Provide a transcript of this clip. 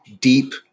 deep